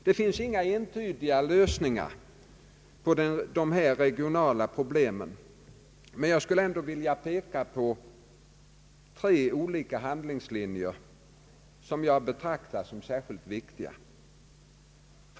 Det finns inga entydiga lösningar på dessa regionala problem, men jag vill ändå peka på tre olika handlingslinjer som jag betraktar som särskilt viktiga.